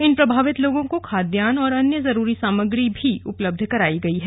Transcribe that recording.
इन प्रभावित लोगों को खाद्यान और अन्य जरूरी सामग्री भी उपलब्ध कराई गई है